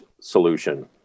solution